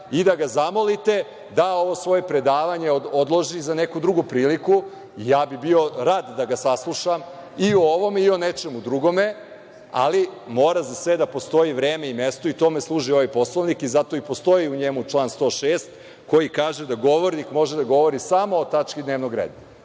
i da ga zamolite da ovo svoje predavanje odloži za neku drugu priliku i ja bih bio rad da ga saslušam i o ovome i o nečemu drugome, ali mora za sve da postoji vreme i mesto. Tome služi ovaj Poslovnik i zato i postoji u njemu član 106. koji kaže da govornik može da govori samo o tački dnevnog reda.